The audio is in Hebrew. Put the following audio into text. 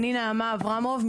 אני נעמה אברהמוב,